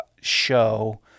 show –